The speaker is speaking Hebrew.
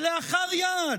כלאחד יד,